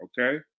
okay